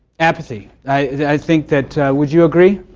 apathy. i think that, would you agree,